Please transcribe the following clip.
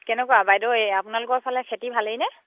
কেনেকুৱা বাইদেউ এই আপোনালোকৰ ফালে খেতি ভালেইনে